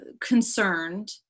concerned